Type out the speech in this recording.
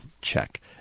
check